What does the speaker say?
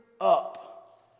up